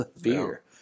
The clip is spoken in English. beer